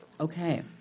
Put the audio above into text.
Okay